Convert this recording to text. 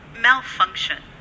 malfunction